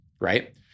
Right